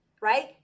right